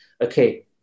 okay